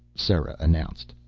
sera announced.